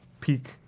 peak